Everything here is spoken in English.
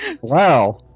Wow